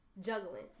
juggling